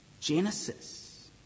Genesis